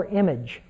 image